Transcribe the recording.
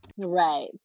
Right